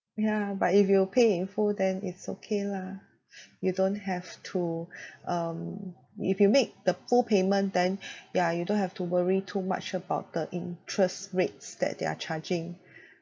yeah but if you pay in full then it's okay lah you don't have to um if you make the full payment then ya you don't have to worry too much about the interest rates that they are charging